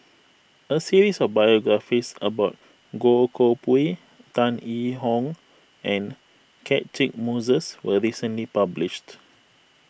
a series of biographies about Goh Koh Pui Tan Yee Hong and Catchick Moses was recently published